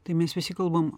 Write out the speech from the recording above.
tai mes visi kalbam